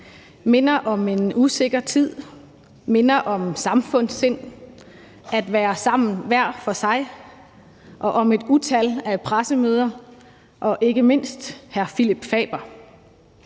minder om en usikker tid, minder om samfundssind, om at være sammen hver for sig, om et utal af pressemøder og ikke mindst om Phillip Faber.